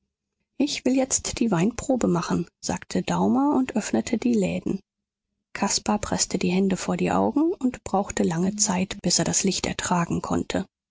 ich will jetzt die weinprobe machen sagte daumer und öffnete die läden caspar preßte die hände vor die augen und brauchte lange zeit bis er das licht ertragen konnte